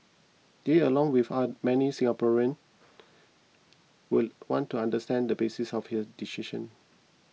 they along with many Singaporeans would want to understand the basis of her decision